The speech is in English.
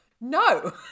No